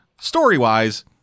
Story-wise